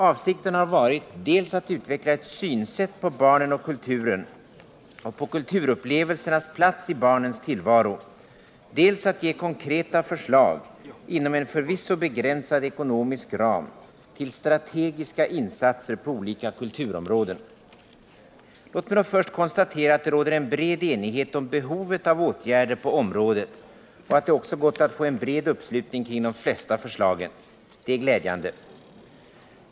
Avsikten har varit dels att utveckla ett synsätt på barnen och kulturen och på kulturupplevelsernas plats i barnens tillvaro, dels att ge konkreta förslag — inom en förvisso begränsad ekonomisk ram -— till strategiska insatser på olika kulturområden. Låt mig då först konstatera att det råder en bred enighet om behovet av åtgärder på området och att det också gått att få en bred uppslutning kring de flesta förslagen. Detta är glädjande.